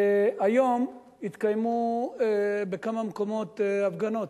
היום התקיימו בכמה מקומות הפגנות,